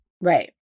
Right